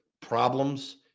problems